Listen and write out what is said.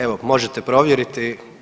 Evo možete provjeriti.